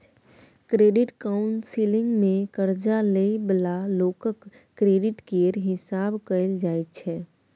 credit counselling मे कर्जा लइ बला लोकक क्रेडिट केर हिसाब कएल जाइ छै